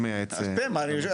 אתם.